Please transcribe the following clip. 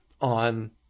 on